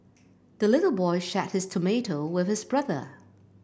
the little boy shared his tomato with his brother